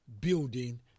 building